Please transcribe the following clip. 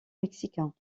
mexicain